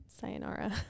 sayonara